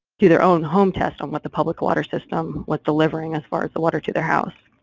do their own home test on what the public water system was delivering as far as the water to their house.